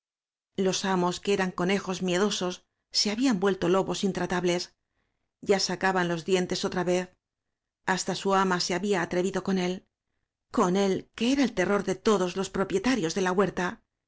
los amos que eran conejos miedosos se habían vuelto lobos intratables ya sacaban los dien tes otra vez hasta su ama se había atrevido con él con él que era el terror de todos los propietarios de la huerta